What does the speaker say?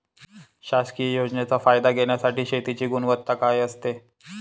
शासकीय योजनेचा फायदा घेण्यासाठी शेतीची गुणवत्ता काय असते?